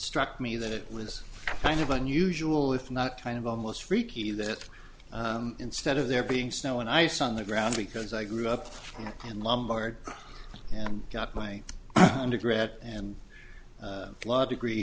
struck me that it was kind of unusual if not kind of almost freaky that instead of there being snow and ice on the ground because i grew up in lombard and got my undergrad and law degree